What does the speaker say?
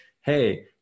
hey